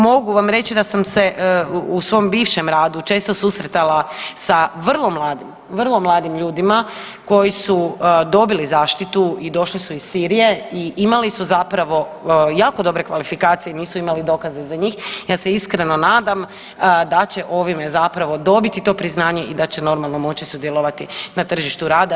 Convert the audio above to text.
Mogu vam reći da sam se u svom bivšem radu često susretala sa vrlo mladim, vrlo mladim ljudima koji su dobili zaštitu i došli su iz Sirije i imali su zapravo jako dobre kvalifikacije i nisu imali dokaze za njih, ja se iskreno nadam da će ovime zapravo dobiti to priznanje i da će normalno moći sudjelovati na tržištu rada.